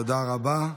תודה רבה.